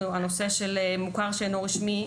המוכר שאינו רשמי,